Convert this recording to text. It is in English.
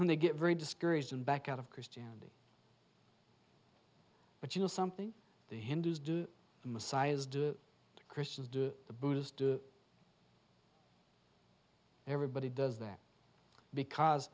when they get very discouraged and back out of christianity but you know something the hindus do messiahs do the christians do the buddhist do everybody does that because